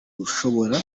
ushobora